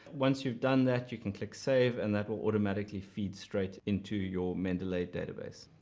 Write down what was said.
once you've done that you can click save and that will automatically feed straight into your mendeley database.